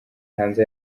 hanze